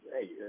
hey